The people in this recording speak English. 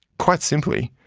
quite simply,